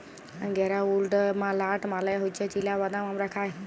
গেরাউলড nut মালে হছে চিলা বাদাম আমরা খায়